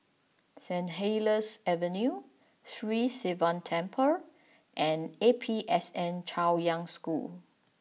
Saint Helier's Avenue Sri Sivan Temple and A P S N Chaoyang School